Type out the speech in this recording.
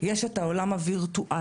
יש את העולם הווירטואלי,